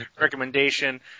recommendation